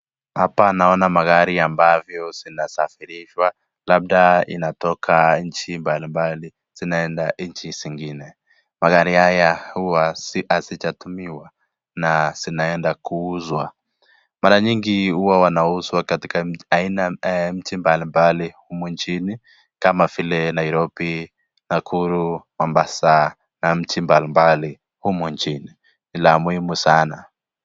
Hapa naona magari ambavyo zinasafirishwa labda inatoka nchi mbali mbali zinaenda nchi zingine , magari haya huwa hazijatumiwa na zinaenda kuuzwa. Mara nyingi huwa wanauzwa katika mji mbali mbali humu nchini kama vile; Nairobi, Nakuru, Mombasa na mji mbali mbali humu nchini ni la muhimu sana.